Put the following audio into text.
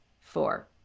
four